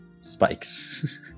spikes